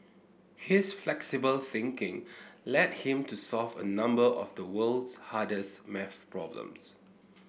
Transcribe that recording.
his flexible thinking led him to solve a number of the world's hardest maths problems